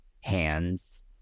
hands